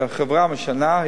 שהחברה משנה,